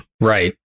Right